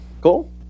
Cool